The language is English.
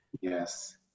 yes